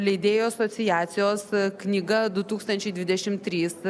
leidėjų asociacijos knyga du tūkstančiai dvidešimt trys